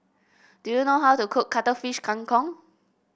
do you know how to cook Cuttlefish Kang Kong